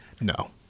No